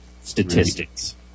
statistics